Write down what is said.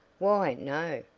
why, no,